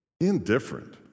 Indifferent